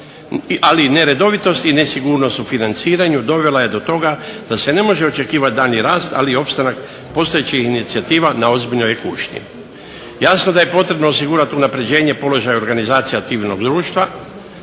ali neredovitost i nesigurnost u financiranju dovela je do toga da se ne može očekivati daljnji rast ali i opstanak postojećih inicijativa na ozbiljnoj je kušnji. Jasno da je potrebno osigurati unapređenje položaja organizacija civilnog društva